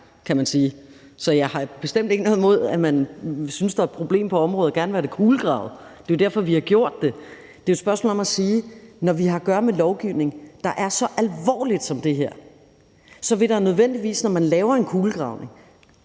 Så jeg har bestemt ikke noget imod, at man synes, der er et problem på området og gerne vil have det kulegravet, for det er derfor, vi har gjort det. Det er jo et spørgsmål om at sige, at når vi har at gøre med lovgivning, der er så alvorlig som det her, vil det nødvendigvis, når man laver en kulegravning